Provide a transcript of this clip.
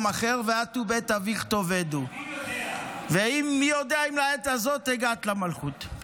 אחר ואת ובית אביך תאבדו ומי יודע אם לעת כזאת הגעת למלכות".